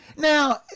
Now